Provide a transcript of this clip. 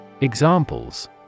Examples